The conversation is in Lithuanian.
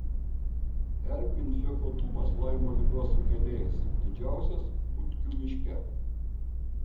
erkių infekuotumas laimo ligos sukėlėjais didžiausias butkių miške